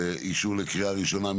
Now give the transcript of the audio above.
לאישור לקריאה ראשונה?